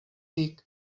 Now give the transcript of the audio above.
tic